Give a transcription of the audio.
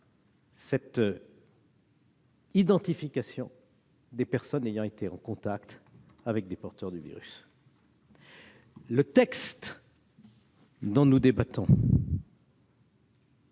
cette identification des personnes ayant été en contact avec des porteurs du virus. Le texte dont nous débattons